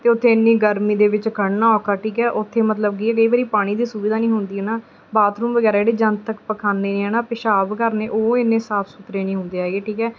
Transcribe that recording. ਅਤੇ ਉੱਥੇ ਇੰਨੀ ਗਰਮੀ ਦੇ ਵਿੱਚ ਖੜ੍ਹਨਾ ਔਖਾ ਠੀਕ ਹੈ ਉੱਥੇ ਮਤਲਬ ਕਿ ਕਈ ਵਾਰੀ ਪਾਣੀ ਦੀ ਸੁਵਿਧਾ ਨਹੀਂ ਹੁੰਦੀ ਹੈ ਨਾ ਬਾਥਰੂਮ ਵਗੈਰਾ ਜਿਹੜੇ ਜਨਥਕ ਪਖਾਨੇ ਆ ਨਾ ਪਿਸ਼ਾਬ ਕਰਨੇ ਉਹ ਇੰਨੇ ਸਾਫ ਸੁਥਰੇ ਨਹੀਂ ਹੁੰਦੇ ਹੈਗੇ ਠੀਕ ਹੈ